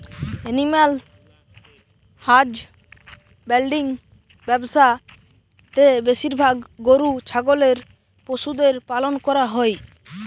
animal husbandry ব্যবসা তে বেশিরভাগ গরু ছাগলের পশুদের পালন করা হই